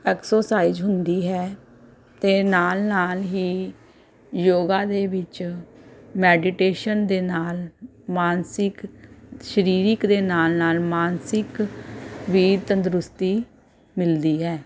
exercise ਹੁੰਦੀ ਹੈ ਅਤੇ ਨਾਲ ਨਾਲ ਹੀ ਯੋਗਾ ਦੇ ਵਿੱਚ ਮੈਡੀਟੇਸ਼ਨ ਦੇ ਨਾਲ ਮਾਨਸਿਕ ਸਰੀਰਿਕ ਦੇ ਨਾਲ ਨਾਲ ਮਾਨਸਿਕ ਵੀ ਤੰਦਰੁਸਤੀ ਮਿਲਦੀ ਹੈ